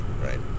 right